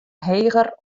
heger